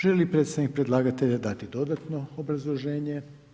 Želi li predstavnik predlagatelja dati dodatno obrazloženje?